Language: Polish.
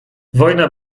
wojna